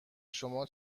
شما